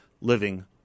living